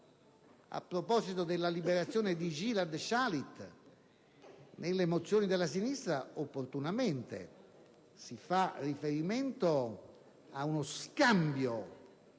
a proposito della liberazione di Gilad Shalit, nelle mozioni della sinistra opportunamente si fa riferimento a uno scambio